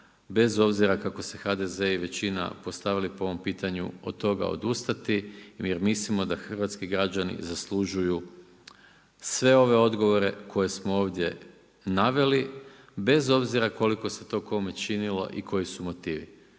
bez obzira kako su se HDZ i većina postavili po ovom pitanju od toga odustati jer mislimo da hrvatski građani zaslužuju sve ove odgovore koje smo ovdje naveli, bez obzira koliko se to kome činilo i koji su motivi.